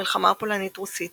המלחמה הפולנית רוסית